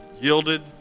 yielded